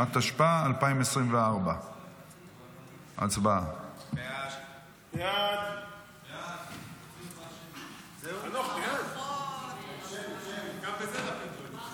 התשפ"ה 2024. חוק כביש אגרה (כביש ארצי לישראל) (תיקון מס' 5),